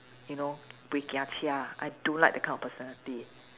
you know buay gia chia I don't like that kind of personality